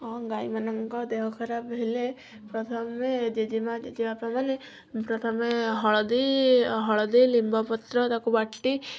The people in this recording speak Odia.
ହଁ ଗାଈ ମାନଙ୍କ ଦେହ ଖରାପ ହେଲେ ପ୍ରଥମେ ଜେଜେମାଁ ଜେଜେବାପା ମାନେ ପ୍ରଥମେ ହଳଦୀ ହଳଦୀ ଲିମ୍ବ ପତ୍ର ତାକୁ ବାଟି